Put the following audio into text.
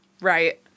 Right